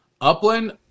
Upland